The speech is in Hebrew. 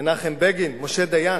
מנחם בגין, משה דיין,